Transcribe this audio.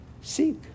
seek